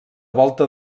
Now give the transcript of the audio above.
volta